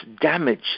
damage